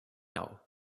now